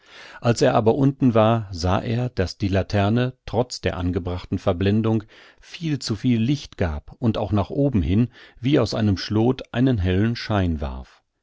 als er aber unten war sah er daß die laterne trotz der angebrachten verblendung viel zu viel licht gab und nach oben hin wie aus einem schlot einen hellen schein warf